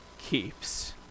keeps